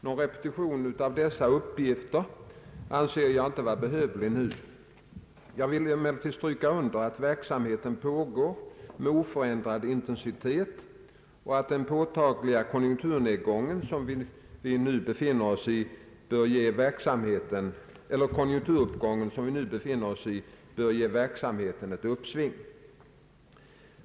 Någon repetition av dessa uppgifter anser jag inte vara behövlig nu. Jag vill emellertid stryka under att verksamheten pågår med oförändrad intensitet och att den påtagliga konjunkturuppgång som vi nu befinner oss i bör ge verksamheten ett uppsving.